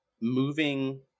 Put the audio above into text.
Moving